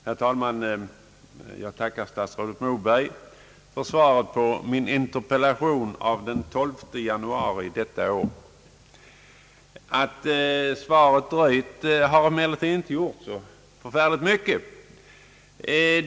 Herr talman! Jag tackar statsrådet Moberg för svaret på min interpellation av den 12 januari detta år. Att svaret dröjt har emellertid inte gjort så särskilt mycket.